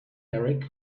eric